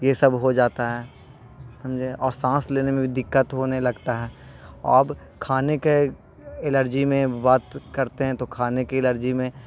یہ سب ہو جاتا ہے سمجھے اور سانس لینے میں بھی دقت ہونے لگتا ہے اب کھانے کے الرجی میں بات کرتے ہیں تو کھانے کی الرجی میں